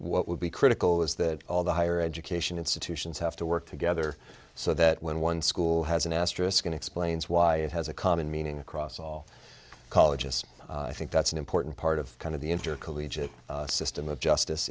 what would be critical is that all the higher education institutions have to work together so that when one school has an asterisk and explains why it has a common meaning across all colleges i think that's an important part of kind of the intercollegiate system of justice